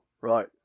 Right